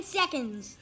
seconds